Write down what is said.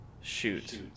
Shoot